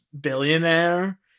billionaire